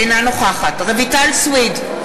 אינה נוכחת רויטל סויד,